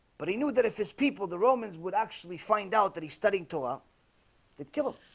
but he knew that if his people the romans would actually find out that he's studying torah did kill him